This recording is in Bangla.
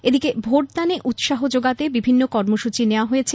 এদিকে ভোটদানে উৎসাহ যোগাতে বিভিন্ন কর্মসূচী নেওয়া হয়েছে